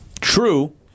True